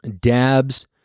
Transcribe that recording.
dabs